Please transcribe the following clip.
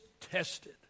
tested